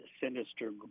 sinister